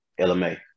LMA